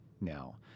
now